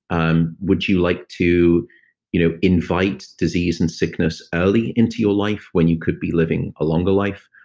um would you like to you know invite disease and sickness early into your life when you could be living a longer life?